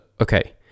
okay